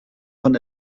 von